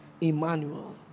Emmanuel